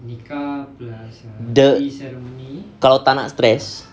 the kalau tak nak stress